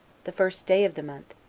the first day of the month,